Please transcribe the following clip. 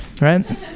right